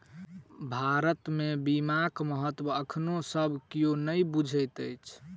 भारत मे बीमाक महत्व एखनो सब कियो नै बुझैत अछि